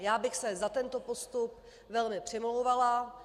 Já bych se za tento postup velmi přimlouvala.